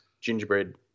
gingerbread